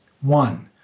one